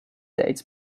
dates